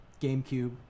GameCube